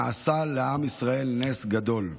נעשה לעם ישראל נס גדול,